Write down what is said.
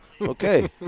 Okay